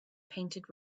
painted